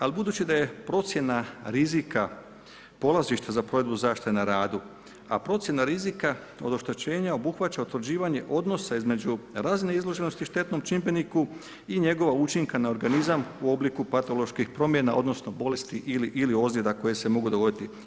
Ali budući da je procjena rizika polazište za provedbu zaštite na radu, a procjena rizika od oštećenja obuhvaća utvrđivanje odnosa između razine izloženosti štetnom čimbeniku i njegova učinka na organizam u obliku patoloških promjena, odnosno bolesti ili ozljeda koje se mogu dogoditi.